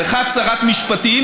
אחת שרת משפטים,